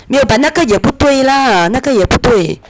没有 but 那个也不对 lah 那个也不对